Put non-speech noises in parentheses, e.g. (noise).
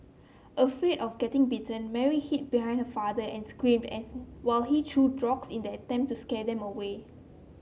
afraid of getting bitten Mary hid behind her father and screamed (unintelligible) while he threw rocks in an attempt to scare them away